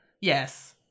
Yes